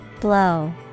Blow